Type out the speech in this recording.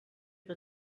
que